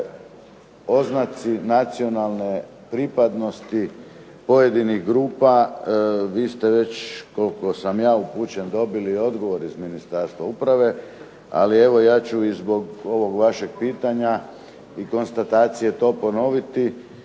oznaci nacionalne pripadnosti pojedinih grupa. Vi ste već koliko sam ja upućen dobili i odgovor iz Ministarstva uprave, ali evo ja ću i zbog ovog vašeg pitanja i konstatacije to ponoviti.